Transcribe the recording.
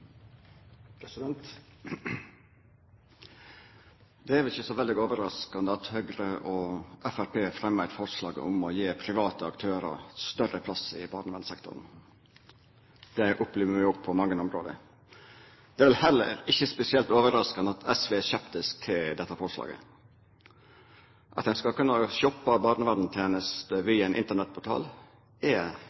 vel ikkje så veldig overraskande at Høgre og Framstegspartiet fremjar eit forslag om å gi private aktørar større plass i barnevernssektoren; det opplever vi på mange område. Det er vel heller ikkje spesielt overraskande at SV er skeptisk til dette forslaget. At ein skal kunna shoppa barnevernstenester via ein Internett-portal, er